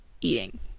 eating